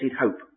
hope